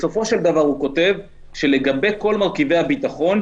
בסופו של דבר הוא כותב שלגבי כל מרכיבי הביטחון,